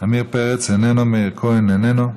עמיר פרץ, איננו, מאיר כהן, איננו,